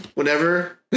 Whenever